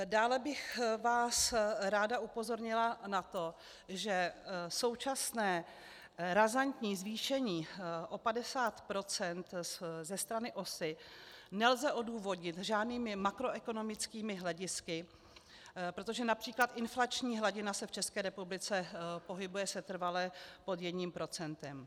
Dále bych vás ráda upozornila na to, že současné razantní zvýšení o 50 % ze strany OSA nelze odůvodnit žádnými makroekonomickými hledisky, protože například inflační hladina se v České republice pohybuje setrvale pod jedním procentem.